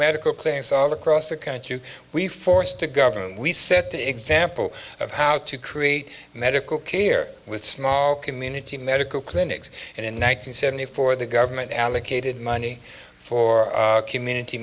medical clinics all across the country we forced to government we set the example of how to create medical care with small community medical clinics and in one nine hundred seventy four the government allocated money for community